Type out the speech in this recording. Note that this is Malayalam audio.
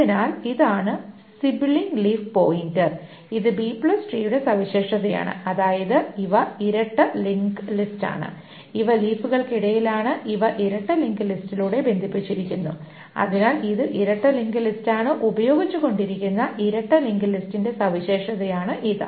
അതിനാൽ ഇതാണ് സിബിലിങ് ലീഫ് പോയിന്റർ ഇത് ബി ട്രീയുടെ B tree സവിശേഷതയാണ് അതായത് ഇവ ഇരട്ട ലിങ്ക് ലിസ്റ്റാണ് ഇവ ലീഫുകൾക്കിടയിലാണ് ഇവ ഇരട്ട ലിങ്ക് ലിസ്റ്റിലൂടെ ബന്ധിപ്പിച്ചിരിക്കുന്നു അതിനാൽ ഇത് ഇരട്ട ലിങ്ക് ലിസ്റ്റാണ് ഉപയോഗിച്ചുകൊണ്ടിരിക്കുന്ന ഇരട്ട ലിങ്ക് ലിസ്റ്റിന്റെ സവിശേഷതയാണ് ഇത്